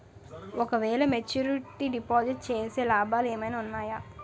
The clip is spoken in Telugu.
ఓ క వేల మెచ్యూరిటీ డిపాజిట్ చేస్తే లాభాలు ఏమైనా ఉంటాయా?